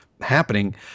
Happening